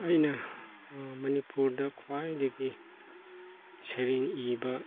ꯑꯩꯅ ꯃꯅꯤꯄꯨꯔꯗ ꯈ꯭ꯋꯥꯏꯗꯒꯤ ꯁꯩꯔꯦꯡ ꯏꯕ